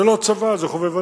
זה לא צבא, זה חובבנים.